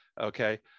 okay